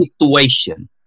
situation